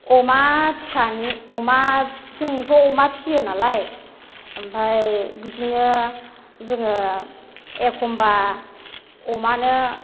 अमा फिसानि जोंथ' अमा फिसियो नालाय ओमफ्राय बिदिनो जोङो एखनबा अमानो